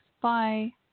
Bye